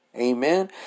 Amen